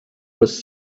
was